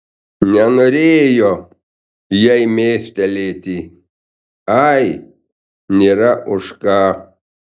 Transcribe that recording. nenorėjo jai mestelėti ai nėra už ką